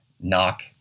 knock